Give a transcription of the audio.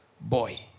Boy